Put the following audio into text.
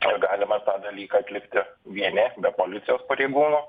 ar galima tą dalyką atlikti vieni be policijos pareigūnų